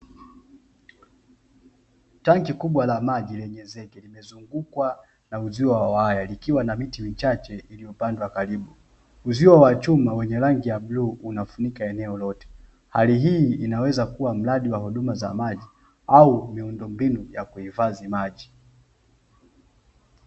Tanki kubwa la maji lenye zege likizungukwa na uzio wa waya likiwa na miti michache iliyopandwa karibu. Uzio wa chuma wenye rangi ya bluu unafunika eneo lote. Hali hii inaweza kuwa mradi wa huduma za maji au miundombinu ya kuhifadhi maji.